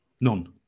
None